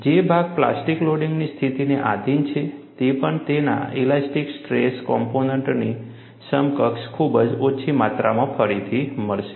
જે ભાગ પ્લાસ્ટિક લોડિંગની સ્થિતિને આધિન છે તે પણ તેના ઇલાસ્ટિક સ્ટ્રેસ કોમ્પોનન્ટની સમકક્ષ ખૂબ જ ઓછી માત્રામાં ફરીથી મળશે